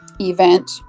Event